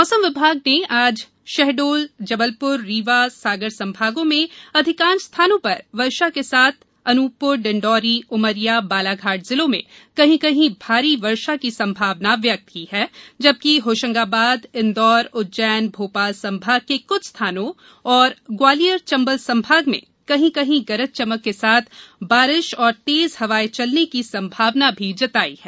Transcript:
मौसम विभाग ने आज शहडोल जबलपुर रीवा सागर संभागों में अधिकांश स्थानों पर वर्षा के साथ अनूपपुर डिंडोरी उमरिया बालाघाट जिलों में कहीं कहीं भारी वर्षा की संभावना व्यक्त की है जबकि होशंगाबाद इंदौर उज्जैन भोपाल संभागके कुछ स्थानों और ग्वालियर चम्बल संभाग में कहीं कहीं गरज चमक के साथ बारिश और तेज हवाएं चलने की संभावना भी जताई है